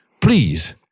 please